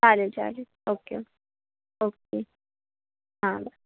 चालेल चालेल okay okay okay हां बरं